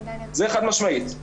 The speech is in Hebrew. זה חד משמעית.